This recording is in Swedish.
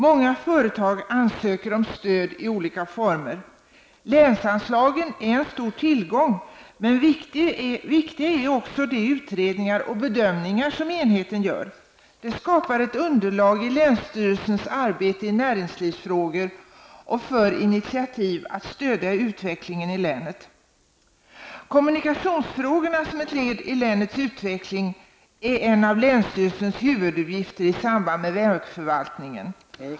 Många företag ansöker om stöd i olika former. Länsanslagen är en stor tillgång, men de utredningar och bedömningar som enheten gör är också viktiga. De skapar ett underlag för länsstyrelsens arbete i näringslivsfrågor och för initiativ till att stödja utvecklingen i länet. Att bevaka kommunikationsfrågorna som ett led i länets utveckling är en av länsstyrelsens huvuduppgifter i samarbete med vägförvaltningen.